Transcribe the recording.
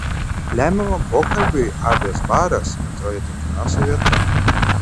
lemiamam pokalbiui abės baras atrodė tinkamiausia vieta